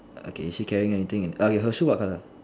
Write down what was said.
okay is she carrying anything in err okay her shoe what colour